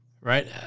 right